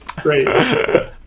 Great